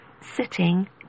sitting